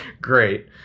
Great